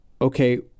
okay